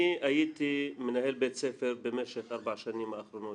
אני הייתי מנהל בית ספר במשך ארבע השנים האחרונות.